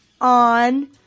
on